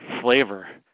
flavor